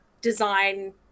design